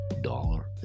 dollar